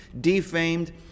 defamed